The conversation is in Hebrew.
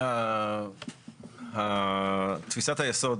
תפיסת היסוד